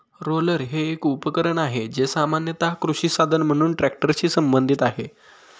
roller हे एक उपकरण आहे, जे सामान्यत कृषी साधन म्हणून ट्रॅक्टरशी संबंधित आहे